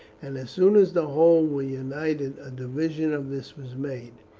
and as soon as the whole were united a division of this was made.